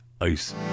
ice